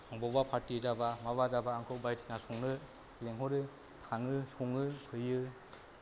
अबावबा पार्टि जाब्ला माबा जाब्ला आंखौ बायदिसिना संनो लिंहरो थाङो सङो फैयो